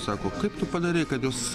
sako kaip tu padarei kad jos